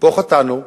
פה חטאנו,